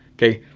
okay.